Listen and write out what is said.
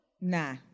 Nah